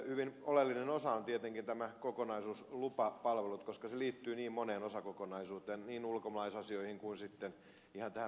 hyvin oleellinen osa on tietenkin tämä kokonaisuus lupapalvelut koska se liittyy niin moneen osakokonaisuuteen niin ulkomaalaisasioihin kuin sitten ihan näihin peruslupakysymyksiin